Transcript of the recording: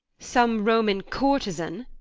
some roman courtezan!